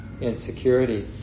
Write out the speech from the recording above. insecurity